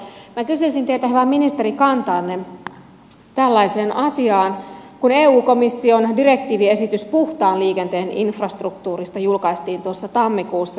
minä kysyisin teiltä hyvä ministeri kantaanne tällaiseen asiaan kun eu komission direktiiviesitys puhtaan liikenteen infrastruktuurista julkaistiin tammikuussa